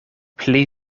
pli